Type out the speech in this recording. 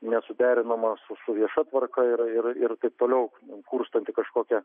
nesuderinama su su vieša tvarka ir ir taip toliau kurstanti kažkokią